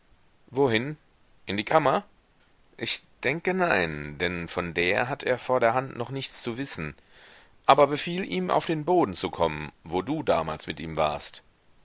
wohin in die kammer ich denke nein denn von der hat er vorderhand noch nichts zu wissen aber befiehl ihm auf den boden zu kommen wo du damals mit ihm warst